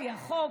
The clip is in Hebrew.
אמרתי והזכרתי,